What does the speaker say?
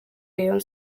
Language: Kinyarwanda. rayon